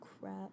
crap